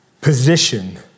position